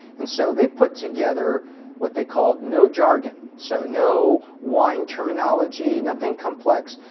and so they put together what they called no jargon. so, no wine terminology, nothing complex.